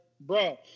bro